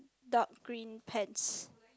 dark green pants